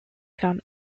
found